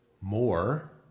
more